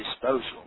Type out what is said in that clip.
disposal